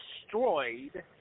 destroyed